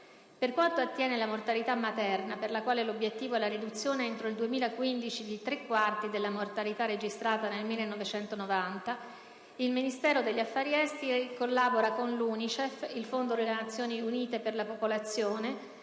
Per quanto attiene la mortalità materna, per la quale l'obiettivo è la riduzione entro il 2015 di tre quarti della mortalità registrata nel 1990, il Ministero degli affari esteri collabora con l'UNICEF, il Fondo delle Nazioni Unite per la popolazione,